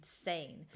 insane